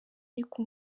ariko